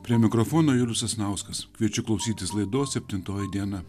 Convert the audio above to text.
prie mikrofono julius sasnauskas kviečiu klausytis laidos septintoji diena